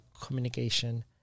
communication